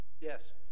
Yes